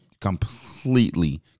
completely